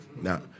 now